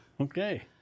okay